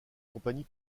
compagnie